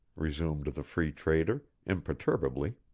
resumed the free trader, imperturbably.